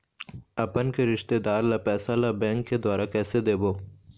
अपन के रिश्तेदार ला पैसा ला बैंक के द्वारा कैसे देबो?